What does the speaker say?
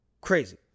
Crazy